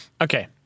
Okay